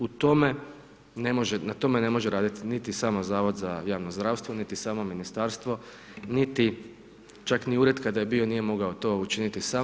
U tome ne može, na tome ne može raditi niti samo Zavod za javno zdravstvo, niti samo ministarstvo, niti, čak ni ured kada je bio nije mogao to učiniti sam.